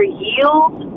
yield